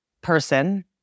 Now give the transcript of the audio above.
person